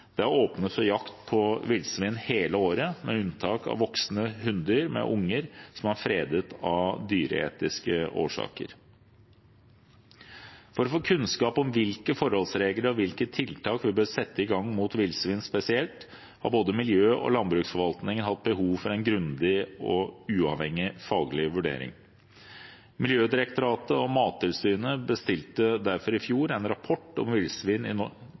Det er åpnet for jakt på villsvin hele året, med unntak av voksne hunner med unger, som er fredet av dyreetiske årsaker. For å få kunnskap om hvilke forholdsregler og hvilke tiltak vi bør sette inn mot villsvin spesielt, har både miljø- og landbruksforvaltningen hatt behov for en grundig og uavhengig faglig vurdering. Miljødirektoratet og Mattilsynet bestilte derfor i fjor en rapport om villsvin i